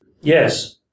Yes